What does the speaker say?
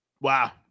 Wow